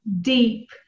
deep